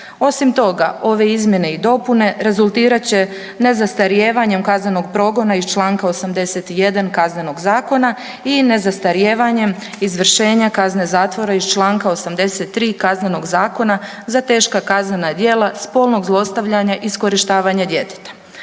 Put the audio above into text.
osim toga ove izmjene i dopune rezultirat će ne zastarijevanjem kaznenog progona ih čl. 81. KZ-a i nezastarijevanjem izvršenja kazne zatvora iz čl. 83. KZ-a za teška kaznena djela spolnog zlostavljanja i iskorištavanja djeteta.